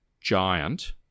giant